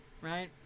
Right